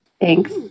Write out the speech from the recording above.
Thanks